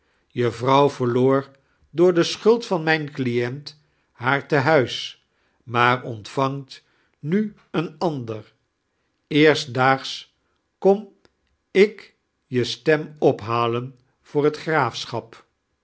je vrouw veirloor door dei schuld van mijn client haar tenuis maar ontvaingt nu eietn ander eerstdaags kom ik j stem ophalen voor het graafsohap